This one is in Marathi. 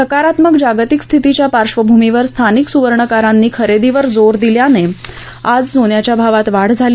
सकारात्मक जागतिक स्थितीच्या पार्धभूमीवर स्थानिक सुवर्णकारांनी खरेदीवर जोर दिल्याने आज सोन्याच्या भावात वाढ झाली